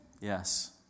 Yes